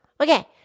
Okay